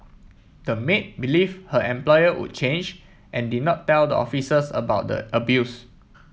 the maid believe her employer would change and did not tell the officers about the abuse